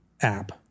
app